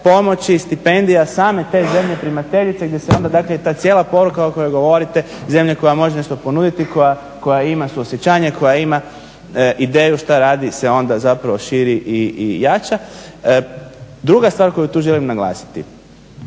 pomoći, stipendija same te zemlje primateljice, gdje se onda dakle i ta cijela poruka o kojoj govorite, zemlja koja može nešto ponuditi, koja ima suosjećanje, koja ima ideju šta radi se onda zapravo širi i jača. Druga stvar koju tu želim naglasiti.